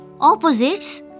opposites